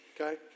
okay